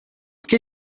che